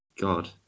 God